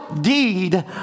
deed